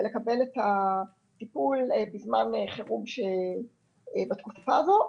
לקבל את הטיפול בזמן חירום בתקופה הזאת,